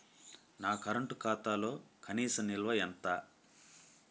నా కరెంట్ ఖాతాలో కనీస నిల్వ ఎంత?